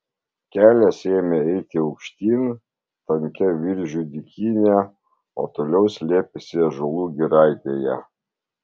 kelias ėmė eiti aukštyn tankia viržių dykyne o toliau slėpėsi ąžuolų giraitėje